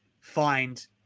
find